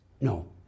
No